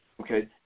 Okay